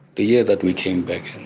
the year that we came back in.